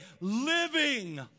living